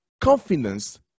confidence